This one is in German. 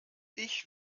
ich